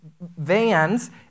vans